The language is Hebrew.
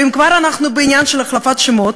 ואם כבר אנחנו בעניין של החלפת שמות,